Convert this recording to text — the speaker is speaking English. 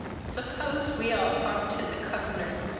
suppose we all talk to the covernor,